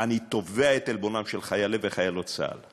אני תובע את עלבונם של חיילי וחיילות צה"ל.